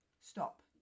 Stop